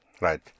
right